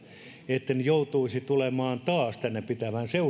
etten joutuisi tulemaan taas tänne pitämään